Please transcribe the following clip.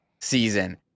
season